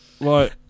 Right